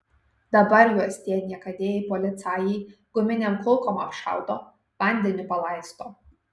dabar juos tie niekadėjai policajai guminėm kulkom apšaudo vandeniu palaisto